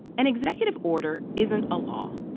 an executive order isn't a law,